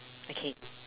okay